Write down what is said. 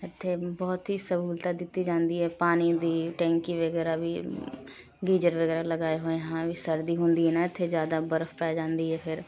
ਇੱਥੇ ਬਹੁਤ ਹੀ ਸਹੂਲਤਾਂ ਦਿੱਤੀ ਜਾਂਦੀ ਹੈ ਪਾਣੀ ਦੀ ਟੈਂਕੀ ਵਗੈਰਾ ਵੀ ਗੀਜਰ ਵਗੈਰਾ ਲਗਾਏ ਹੋਏ ਹਾਂ ਵੀ ਸਰਦੀ ਹੁੰਦੀ ਨਾ ਇੱਥੇ ਜ਼ਿਆਦਾ ਬਰਫ਼ ਪੈ ਜਾਂਦੀ ਹੈ ਫਿਰ